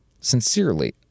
Sincerely